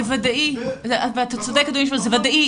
זה ודאִי, ואתה צודק, אדוני היושב ראש, זה ודאִי.